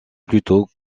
plutôt